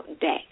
day